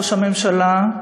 ראש הממשלה,